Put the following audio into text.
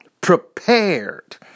prepared